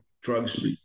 drugs